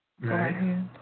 right